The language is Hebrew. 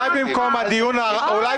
זה